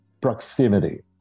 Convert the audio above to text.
proximity